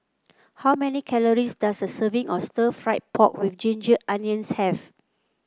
how many calories does a serving of Stir Fried Pork with Ginger Onions have